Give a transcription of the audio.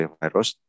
virus